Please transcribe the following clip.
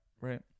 Right